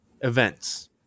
events